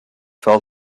fell